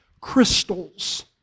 crystals